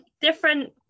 different